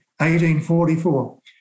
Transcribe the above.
1844